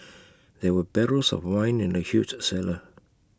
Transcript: there were barrels of wine in the huge A cellar